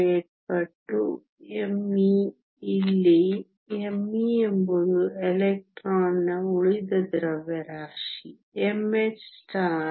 08 ಪಟ್ಟು me ಇಲ್ಲಿ me ಎಂಬುದು ಎಲೆಕ್ಟ್ರಾನ್ನ ಉಳಿದ ದ್ರವ್ಯರಾಶಿ mh star 0